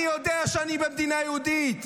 אני יודע שאני במדינה יהודית.